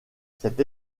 cette